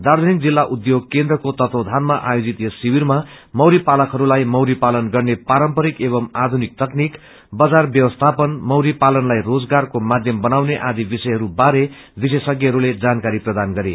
दार्जीलिङ जिल्ला उध्योग केन्द्रको तत्वावधानमा आयोजित यस शिविरमा मौरी पालकहस्लाई मौरी पालन गर्ने पारम्परिक एव आधुनिक तकनीक बजार व्यवस्थापन मौरी पालनलाई रोजगारको माध्यम बनाउने आदि विषयहरू बारे विश्वेषज्ञहरूले जानकारी प्रदान गरे